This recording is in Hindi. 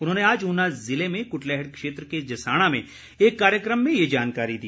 उन्होंने आज ऊना जिले में कृटलैहड़ क्षेत्र के जसाणा में एक कार्यक्रम में ये जानकारी दी